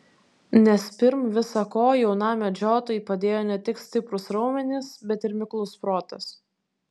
nes pirm visa ko jaunam medžiotojui padėjo ne tik stiprūs raumenys bet ir miklus protas